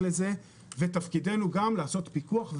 ותפקידנו גם לעשות פיקוח,